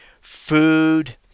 Food